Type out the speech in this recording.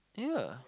yeah